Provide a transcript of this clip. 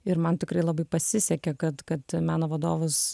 ir man tikrai labai pasisekė kad kad meno vadovas